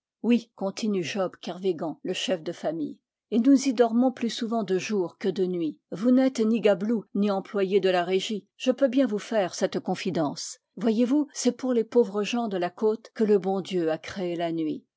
oui continue job kervcgan le chef de famille et nous y dormons plus souvent de jour que de nuit vous n'êtes ni gabelou ni employé de la régie je peux bien vous faire cette confidence voyez-vous c'est pour les pauvres gens de la côte que le bon dieu a créé la nuit